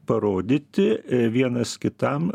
parodyti vienas kitam